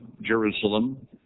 Jerusalem